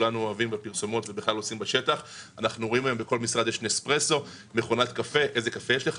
בכל משרד יש מכונת קפה,